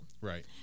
Right